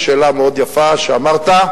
שאלה מאוד יפה שאמרת,